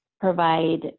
provide